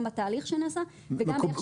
גם בתהליך שנעשה וגם באיך שהיא תפעל.